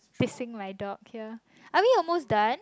fixing like dog here are we almost done